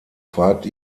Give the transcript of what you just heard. fragt